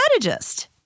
strategist